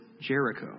Jericho